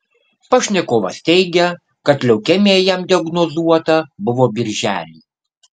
pašnekovas teigia kad leukemija jam diagnozuota buvo birželį